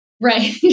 Right